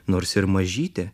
nors ir mažytė